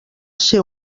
ser